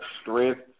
strength